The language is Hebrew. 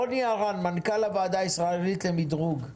רוני ארן, מנכ"ל הוועדה הישראלית למדרוג.